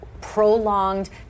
prolonged